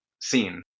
seen